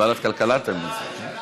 לוועדת הכלכלה נתקבלה.